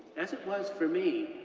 as it was for me,